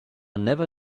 never